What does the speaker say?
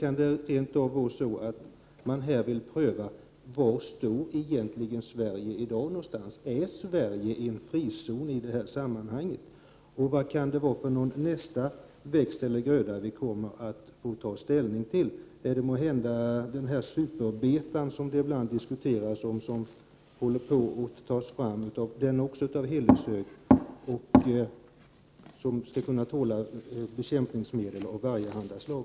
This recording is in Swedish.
Kan det rent av vara så att man egentligen vill undersöka var Sverige står i dag? Är Sverige en frizon i detta sammanhang? Vad är det för växt eller gröda som vi nästa gång kommer att få ta ställning till? Är det måhända den där slutbetan som håller på att tas fram av Hilleshög AB och som diskuteras, en beta som skall tåla bekämpningsmedel av allehanda slag?